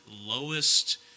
lowest